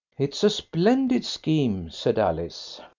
it's a splendid scheme, said alice.